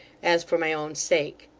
as for my own sake.